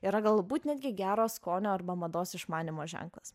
yra galbūt netgi gero skonio arba mados išmanymo ženklas